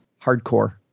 Hardcore